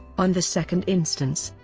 on the second instance,